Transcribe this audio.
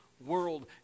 world